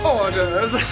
orders